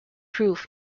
proof